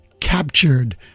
captured